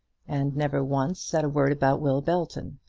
and never once said a word about will belton.